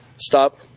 Stop